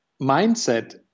mindset